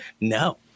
No